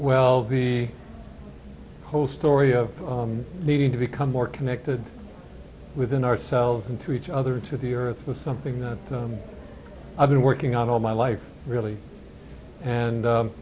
well the whole story of needing to become more connected within ourselves into each other to the earth was something that i've been working on all my life really and